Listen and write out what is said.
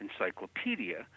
encyclopedia